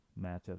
matchups